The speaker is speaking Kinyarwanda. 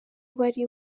bari